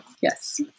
yes